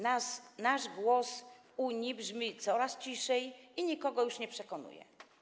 Nasz głos w Unii brzmi coraz ciszej i nikogo już nie przekonuje.